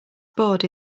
board